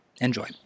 Enjoy